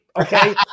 okay